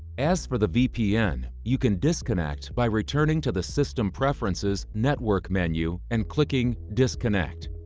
as for the vpn, you can disconnect by returning to the system preferences network menu and clicking disconnect.